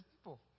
people